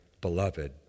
beloved